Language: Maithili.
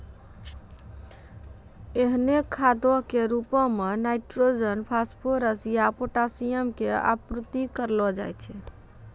एहनो खादो के रुपो मे नाइट्रोजन, फास्फोरस या पोटाशियम के आपूर्ति करलो जाय छै